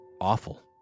awful